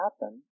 happen